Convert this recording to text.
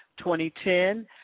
2010